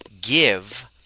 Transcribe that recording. give